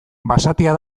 basatia